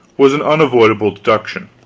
was an unavoidable deduction.